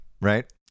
right